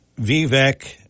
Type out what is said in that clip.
Vivek